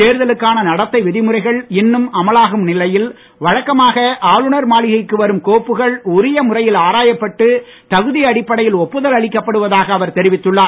தேர்தலுக்கான நடத்தை விதிமுறைகள் இன்னும் அமலாகும் நிலையில் வழக்கமாக ஆளுநர் மாளிகைக்கு வரும் கோப்புகள் உரிய முறையில் ஆராயப்பட்டு தகுதி அடிப்படையில் ஒப்புதல் அளிக்கப்படுவதாக அவர் தெரிவித்துள்ளார்